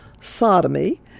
sodomy